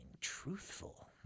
truthful